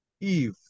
Eve